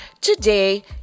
Today